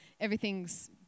everything's